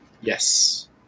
yes